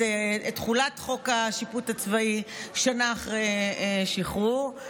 תחולת חוק השיפוט הצבאי שנה אחרי השחרור.